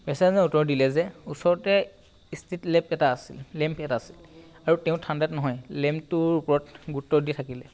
বেচেৰাজনে উত্তৰ দিলে যে ওচৰতে ষ্ট্ৰীট লেপ এটা আছিলে লেম্প এটা আছিল আৰু তেওঁ ঠাণ্ডাত নহয় লেম্পটোৰ ওপৰত গুৰুত্ব দি থাকিলে